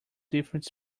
different